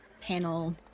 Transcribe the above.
panel